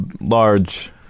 large